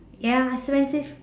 ya expensive